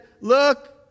look